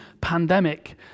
pandemic